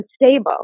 unstable